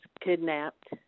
kidnapped